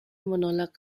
menolak